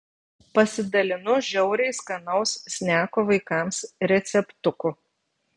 pasidalinu žiauriai skanaus sneko vaikams receptuku